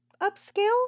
upscale